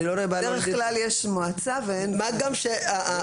בדרך כלל יש מועצה ואין ועד מנהל.